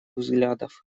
взглядов